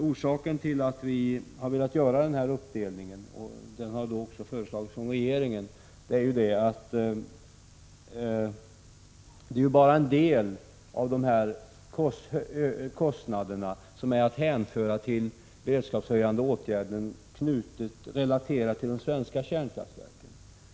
Orsaken till att vi har velat göra denna uppdelning, som också föreslagits av regeringen, är att bara en del av dessa kostnader är att hänföra till beredskapshöjande åtgärder relaterade till de svenska kärnkraftverken.